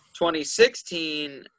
2016